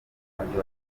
n’umujyi